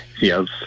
Yes